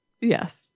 yes